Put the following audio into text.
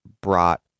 brought